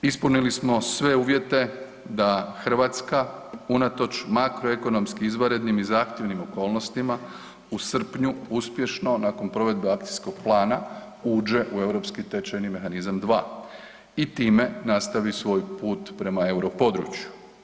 Ispunili smo sve uvjete da Hrvatska unatoč makroekonomskim izvanrednim i zahtjevnim okolnostima u srpnju uspješno nakon provedbe akcijskog plana uđe u europski tečajni mehanizam 2 i time nastavi svoj put prema europodručju.